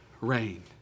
rain